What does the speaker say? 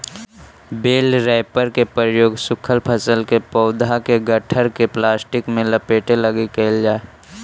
बेल wrapper के प्रयोग सूखल फसल के पौधा के गट्ठर के प्लास्टिक में लपेटे लगी कईल जा हई